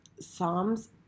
psalms